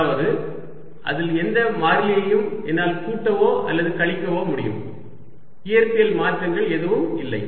அதாவது அதில் எந்த மாறிலியையும் என்னால் கூட்டவோ அல்லது கழிக்கவோ முடியும் இயற்பியல் மாற்றங்கள் எதுவும் இல்லை